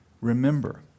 remember